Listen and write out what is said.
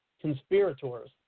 Conspirators